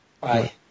Bye